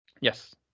Yes